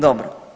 Dobro.